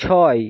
ছয়